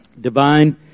divine